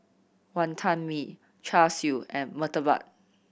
Wonton Mee Char Siu and murtabak